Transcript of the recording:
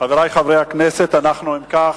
חברי חברי הכנסת, אם כך,